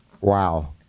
Wow